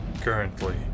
Currently